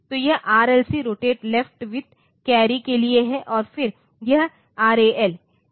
तो यह RLC rotate left with carry के लिए है और फिर यह एक RAL है